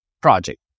project